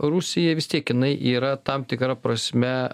rusija vis tiek jinai yra tam tikra prasme